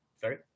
Sorry